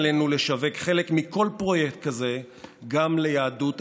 עלינו לשווק חלק מכל פרויקט כזה גם ליהדות התפוצות.